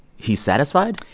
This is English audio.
he's satisfied?